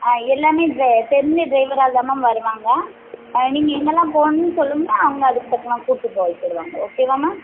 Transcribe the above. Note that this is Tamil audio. ஆ எல்லாமே இந்த தெரிஞ்ச ட்ரைவராக தான் மேம் வருவாங்க நீங்கள் எங்கெல்லாம் போகணும்ன்னு சொல்லுங்கள் அவங்க அதுக்கு தக்கன கூட்டி போக போய்விடுவாங்க ஓகேவா மேம்